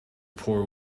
poor